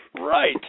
right